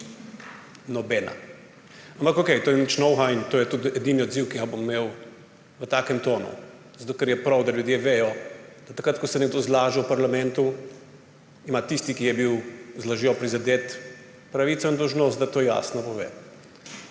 nobena. Ampak okej, to ni nič novega in to je tudi edini odziv, ki ga bom imel v takem tonu, zato ker je prav, da ljudje vedo, da takrat, ko se nekdo zlaže v parlamentu, ima tisti, ki je bil z lažjo prizadet, pravico in dolžnost, da to jasno pove.